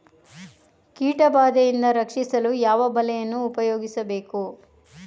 ಕೀಟಬಾದೆಯಿಂದ ರಕ್ಷಿಸಲು ಯಾವ ಬಲೆಯನ್ನು ಉಪಯೋಗಿಸಬೇಕು?